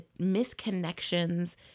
misconnections